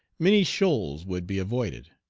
many shoals would be avoided,